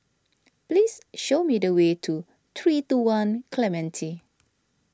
please show me the way to three two one Clementi